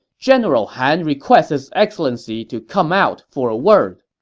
general han requests his excellency to come out for a word.